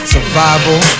Survival